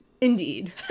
indeed